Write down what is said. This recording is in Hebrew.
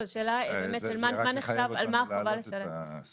זו הבעיה של המדינה, לא זה של האזרח.